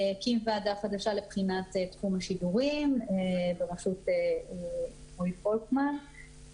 הקים ועדה חדשה לבחינת תחום השידורים בראשות רועי פולקמן,